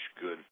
good